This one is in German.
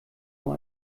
nur